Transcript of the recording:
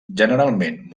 generalment